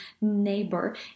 neighbor